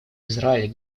израиль